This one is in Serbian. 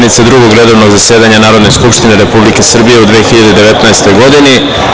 sednice Drugog redovnog zasedanja Narodne skupštine Republike Srbije u 2019. godini.